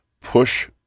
push